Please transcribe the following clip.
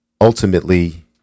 ultimately